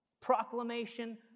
Proclamation